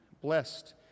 blessed